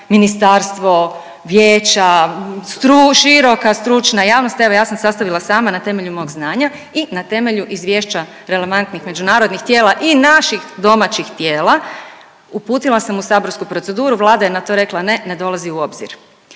ministarstvo, vijeća, široka stručna javnost evo ja sam sastavila sama na temelju mog znanja i na temelju izvješća relevantnih međunarodnih tijela i naših domaćih tijela, uputila sam u saborsku proceduru, Vlada je na to rekla, ne, ne dolazi u obzir.